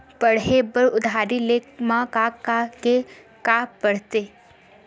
पढ़े बर उधारी ले मा का का के का पढ़ते?